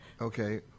Okay